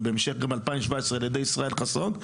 ובהמשך גם ב-2017 על ידי ישראל חסון,